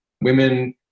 Women